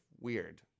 weird